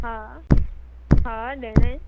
हा हा ॾियणा आहिनि